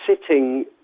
sitting